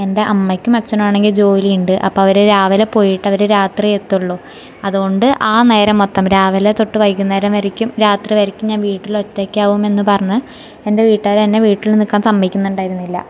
എൻ്റെ അമ്മക്കും അച്ഛനാണെങ്കിൽ ജോലീണ്ട് അപ്പം അവർ രാവിലെ പോയിട്ടവർ രാത്രി എത്തുള്ളൂ അതുകൊണ്ട് ആ നേരം മൊത്തം രാവിലെ തൊട്ട് വൈകുന്നേരം വരേക്കും രാത്രി വരേക്കും ഞാൻ വീട്ടിൽ ഒറ്റക്കാവുമെന്ന് പറഞ്ഞ് എൻ്റെ വീട്ടുകാർ എന്നെ വീട്ടിൽ നിക്കാൻ സമ്മതിക്കുന്നുണ്ടായിരുന്നില്ല